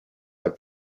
have